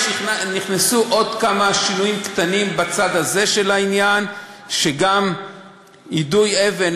נכנסו עוד כמה שינויים קטנים בצד הזה של העניין: שיידוי אבן,